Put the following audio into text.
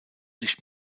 nicht